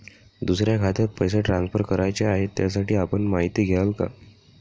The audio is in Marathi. दुसऱ्या खात्यात पैसे ट्रान्सफर करायचे आहेत, त्यासाठी आपण माहिती द्याल का?